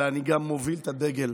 אלא אני גם מוביל את הדגל